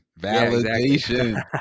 validation